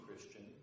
Christian